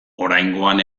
oraingoan